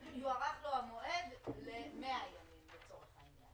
--, יוארך לו המועד ל-100 ימים לצורך העניין.